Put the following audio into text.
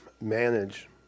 manage